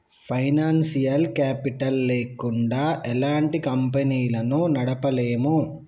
financial capital లేకుండా ఎలాంటి కంపెనీలను నడపలేము